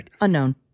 Unknown